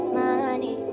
money